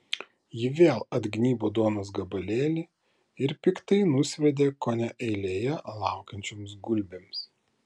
ji vėl atgnybo duonos gabalėlį ir piktai nusviedė kone eilėje laukiančioms gulbėms